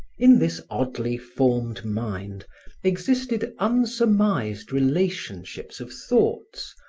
in this oddly formed mind existed unsurmised relationships of thoughts,